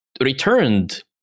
returned